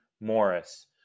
Morris